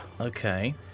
Okay